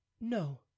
no